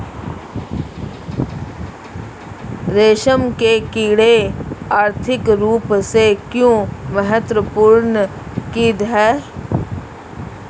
रेशम के कीड़े आर्थिक रूप से क्यों महत्वपूर्ण कीट हैं?